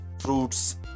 fruits